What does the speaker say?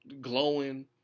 Glowing